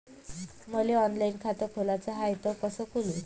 मले ऑनलाईन खातं खोलाचं हाय तर कस खोलू?